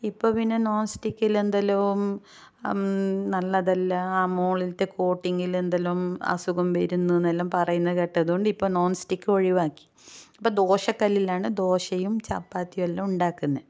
ഇപ്പോൾ പിന്നെ നോൺ സ്റ്റിക്കിൽ എന്തെല്ലോ നല്ലതല്ല ആ മുകളില്ലത്തെ കോട്ടിങ്ങിൽ എന്തെല്ലോ അസുഖം വരുന്നുവെന്നെല്ലാം പറയുന്ന കേട്ടതുകൊണ്ട് ഇപ്പോൾ നോൺസ്റ്റിക്ക് ഒഴിവാക്കി അപ്പോൾ ദോശക്കല്ലിലാണ് ദോശയും ചപ്പാത്തിയെല്ലാം ഉണ്ടാക്കുന്നത്